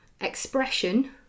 expression